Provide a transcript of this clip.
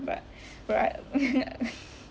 but right